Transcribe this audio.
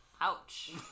Ouch